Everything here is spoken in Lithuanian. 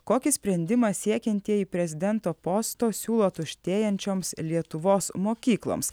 kokį sprendimą siekiantieji prezidento posto siūlo tuštėjančioms lietuvos mokykloms